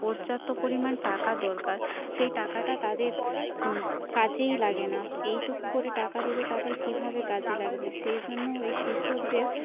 পর্যাপ্ত পরিমান টাকা দরকার সেই টাকাটা তাদের কাজেই লাগে না এইটুকু করে টাকা দিলে তাদের কিভাবে কাজে লাগবে সেই জন্য এই কৃষকদের